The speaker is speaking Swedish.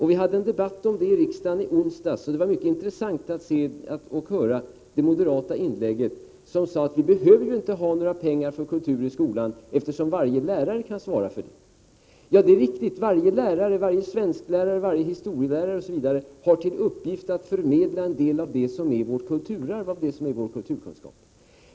Vi hade en debatt om det i riksdagen i onsdags, och det var mycket intressant att höra inlägget från moderat håll, där man sade att vi inte behöver anslå några pengar för kultur i skolan eftersom varje lärare kan svara för detta. Ja, det är riktigt: varje svensklärare, historielärare osv. har till uppgift att förmedla en del av det som är vårt kulturarv, vår kulturkunskap.